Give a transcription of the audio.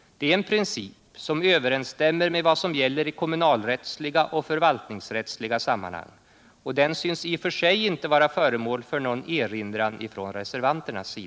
Det är en princip som överensstämmer med vad som gäller i kommunalrättsliga och förvaltningsrättsliga sammanhang, och den synes i och för sig inte vara föremål för någon erinran från reservanterna.